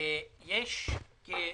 יש בערך